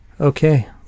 Okay